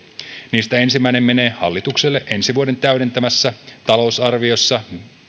niistä ensimmäinen menee hallitukselle ensi vuoden täydentävässä talousarviossa